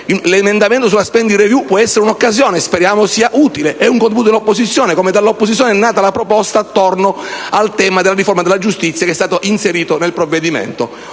L'emendamento sulla *spending review* può essere un'occasione: speriamo che sia utile. È un contributo dell'opposizione, come dall'opposizione è venuta la proposta sul tema della riforma della giustizia, che è stata inserita nel provvedimento.